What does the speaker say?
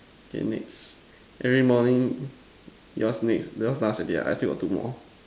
K next every morning yours next yours last already ah I still got two more